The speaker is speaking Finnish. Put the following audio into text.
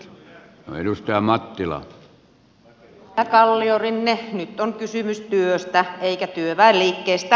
edustaja kalliorinne nyt on kysymys työstä eikä työväenliikkeestä